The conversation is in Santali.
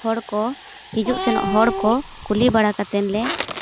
ᱦᱚᱲ ᱠᱚ ᱦᱤᱡᱩᱜ ᱥᱮᱱᱚᱜ ᱦᱚᱲ ᱠᱚ ᱠᱩᱞᱤ ᱵᱟᱲᱟ ᱠᱟᱛᱮᱱ ᱞᱮ